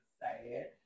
sad